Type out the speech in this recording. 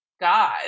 God